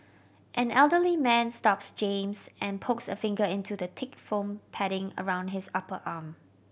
an elderly man stops James and pokes a finger into the thick foam padding around his upper arm